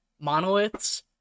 monoliths